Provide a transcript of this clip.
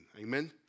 Amen